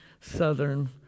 southern